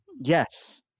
Yes